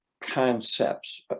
concepts